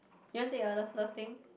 you want take other love thing